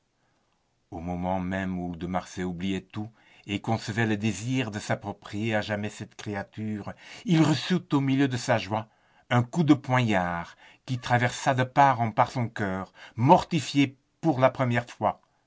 au moment même où de marsay oubliait tout et concevait le désir de s'approprier à jamais cette créature il reçut au milieu de sa joie un coup de poignard qui traversa de part en part son cœur mortifié pour la première fois